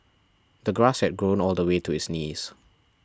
the grass had grown all the way to his knees